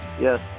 yes